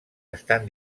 estan